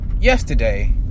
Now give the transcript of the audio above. yesterday